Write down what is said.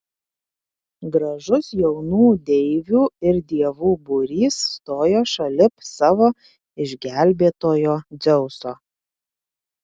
gražus jaunų deivių ir dievų būrys stojo šalip savo išgelbėtojo dzeuso